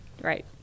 Right